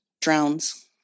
drowns